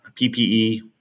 PPE